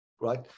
Right